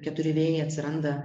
keturi vėjai atsiranda